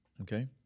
okay